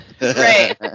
right